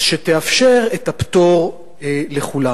אז שתאפשר את הפטור לכולם.